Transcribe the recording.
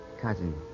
cousin